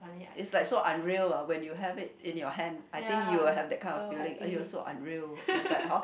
it's like so unreal ah when you have it in your hand I think you will have that kind of feeling !aiyo! so unreal is like how